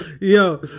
yo